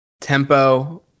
tempo